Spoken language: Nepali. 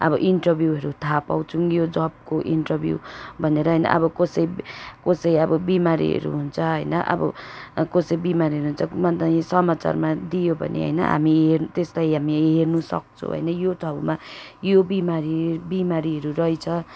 अब इन्टरभ्यूहरू थाहा पाउँछौँ यो जबको इन्टरभ्यू भनेर होइन अब कसै कसै अब बिमारीहरू हुन्छ होइन अब कसै बिमारीरू हुन्छ अन्त यो समाचारमा दियो भने होइन हामी त्यसलाई हामी हेर्नु सक्छौँ होइन यो ठाउँमा यो बिमारी बिमारीहरू रहेछ